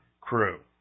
crew